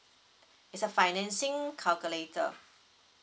it's a financing calculator